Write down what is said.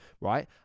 right